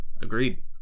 Agreed